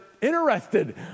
interested